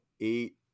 eight